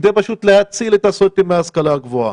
כדי להציל את הסטודנטים בהשכלה הגבוהה.